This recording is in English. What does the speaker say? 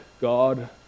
God